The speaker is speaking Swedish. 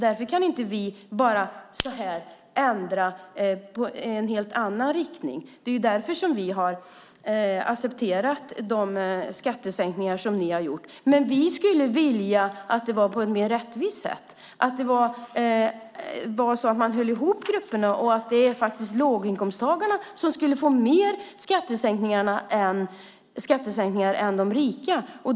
Därför kan inte vi plötsligt ändra i en helt annan riktning. Därför har vi accepterat de skattesänkningar som ni har gjort. Men vi skulle vilja att det var på ett mer rättvist sätt, att man höll ihop grupperna och att låginkomsttagarna fick mer skattesänkningar än de rika.